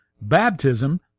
baptism